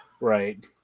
Right